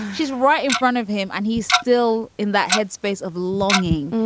she's right in front of him and he's still in that headspace of longing.